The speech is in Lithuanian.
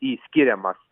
į skiriamas